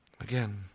Again